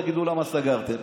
תגידו למה סגרתם.